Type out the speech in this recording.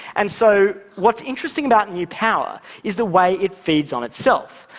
and so, what's interesting about new power, is the way it feeds on itself.